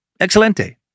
Excelente